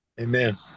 Amen